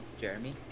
Jeremy